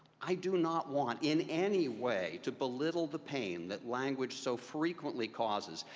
i do not want in any way to belittle the pain that language so frequently causes.